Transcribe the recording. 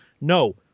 no